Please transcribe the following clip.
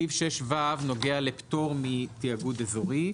סעיף 6ו נוגע לפטור מתאגוד אזורי.